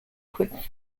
quick